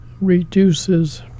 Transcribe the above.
reduces